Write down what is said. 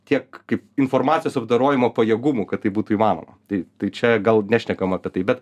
tiek kaip informacijos apdorojimo pajėgumų kad tai būtų įmanoma tai tai čia gal nešnekam apie tai bet